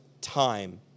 time